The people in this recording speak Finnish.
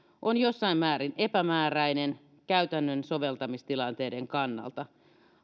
on jossain määrin epämääräinen käytännön soveltamistilanteiden kannalta